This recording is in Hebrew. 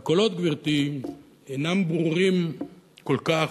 והקולות, גברתי, אינם ברורים כל כך.